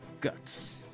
guts